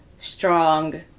strong